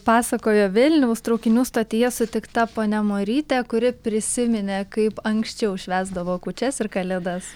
pasakojo vilniaus traukinių stotyje sutikta ponia marytė kuri prisiminė kaip anksčiau švęsdavo kūčias ir kalėdas